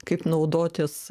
kaip naudotis